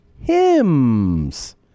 hymns